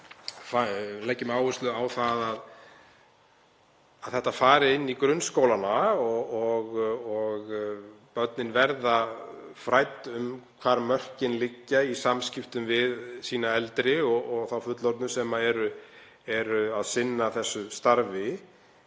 leggjum áherslu á að þetta fari inn í grunnskólana og börnin verði frædd um hvar mörkin liggja í samskiptum við þá eldri og þá fullorðnu sem eru að sinna þessu starfi.